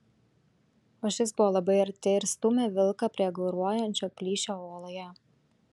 o šis buvo labai arti ir stūmė vilką prie garuojančio plyšio uoloje